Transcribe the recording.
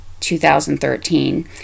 2013